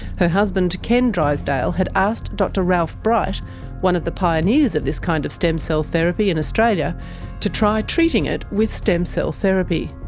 her husband ken drysdale had asked dr ralph bright one of the pioneers of this kind of stem cell therapy in australia to try treating it with stem cell therapy.